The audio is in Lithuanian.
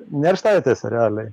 nerštavietėse realiai